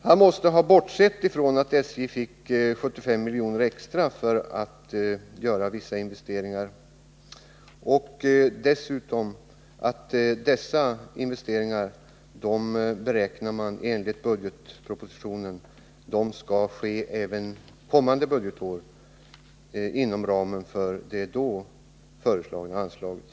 Han måste ha bortsett från att SJ fick 75 milj.kr. extra för att göra vissa investeringar, som enligt budgetpropositionen skall göras även kommande budgetår inom ramen för det då föreslagna anslaget.